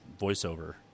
voiceover